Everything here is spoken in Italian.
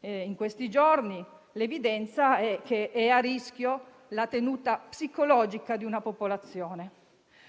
in questi giorni, l'evidenza è che è a rischio la tenuta psicologica di una popolazione.